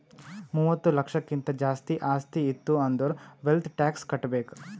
ಮೂವತ್ತ ಲಕ್ಷಕ್ಕಿಂತ್ ಜಾಸ್ತಿ ಆಸ್ತಿ ಇತ್ತು ಅಂದುರ್ ವೆಲ್ತ್ ಟ್ಯಾಕ್ಸ್ ಕಟ್ಬೇಕ್